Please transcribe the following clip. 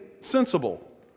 sensible